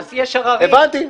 הבנתי.